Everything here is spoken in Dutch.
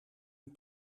een